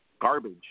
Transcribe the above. garbage